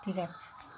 ঠিক আছে